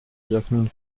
jasmin